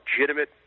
legitimate